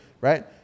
right